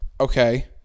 Okay